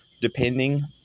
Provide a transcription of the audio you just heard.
depending